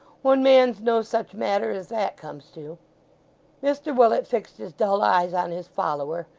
one man's no such matter as that comes to mr willet fixed his dull eyes on his follower,